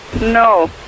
No